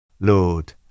Lord